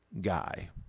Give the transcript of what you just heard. guy